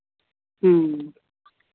ह्म्म